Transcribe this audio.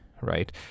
right